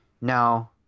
Now